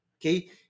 okay